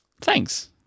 Thanks